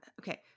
okay